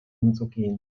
umzugehen